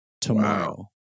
tomorrow